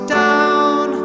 down